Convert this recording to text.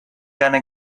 gonna